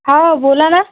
हाव बोला ना